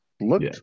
looked